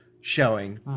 showing